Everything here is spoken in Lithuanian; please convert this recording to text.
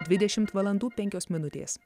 dvidešimt valandų penkios minutės